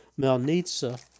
Melnitsa